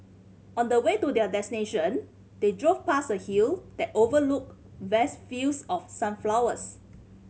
on the way to their destination they drove past a hill that overlooked vast fields of sunflowers